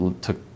took